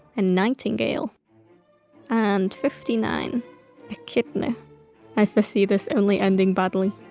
a nightingale and fifty nine echidna i forsee this only ending badly.